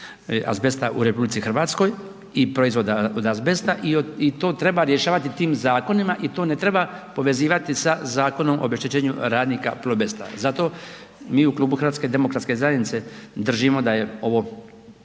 azbesta u RH i proizvoda od azbesta i to treba rješavati tim zakonima i to ne treba povezivati sa Zakonom o obeštećenju radnika Plobesta. Zato mi u Klubu HDZ-a držimo da je ovo